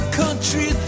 country